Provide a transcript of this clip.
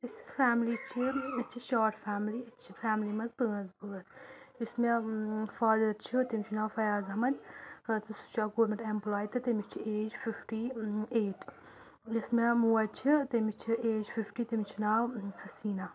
یۄس اسہِ فیملی چھِ أسۍ چھِ شارٹ فیملی أسۍ چھِ فیملی منٛز پانٛژھ بٲژ یُس مےٚ فادَر چھُ تٔمِس چھُ ناو فیاض احمد سُہ چھُ اکھ گورمیٚنٛٹ ایٚمپُلاے تہٕ تٔمِس چھِ ایج فِفٹی ٲں ایٹ یۄس مےٚ موج چھِ تٔمِس چھِ ایج فِفٹی تٔمِس چھُ ناو ٲں حسیٖنہ